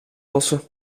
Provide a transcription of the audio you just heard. lossen